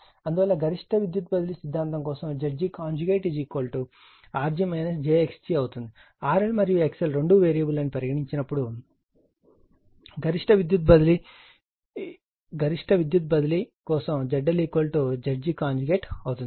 అందువల్ల గరిష్ట విద్యుత్ బదిలీ సిద్ధాంతం కోసం Zg Rg j xg అవుతుంది RL మరియు XL రెండూ వేరియబుల్ అని పరిగణించినప్పుడు గరిష్ట విద్యుత్ బదిలీ గరిష్ట విద్యుత్ బదిలీకి కోసం ZL Zg కాంజుగేట్ అవుతుంది